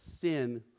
sin